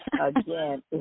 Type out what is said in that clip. again